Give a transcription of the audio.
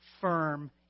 firm